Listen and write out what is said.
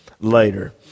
later